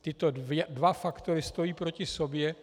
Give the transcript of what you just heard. Tyto dva faktory stojí proti sobě.